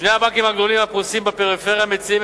שני הבנקים הגדולים הפרוסים בפריפריה מציעים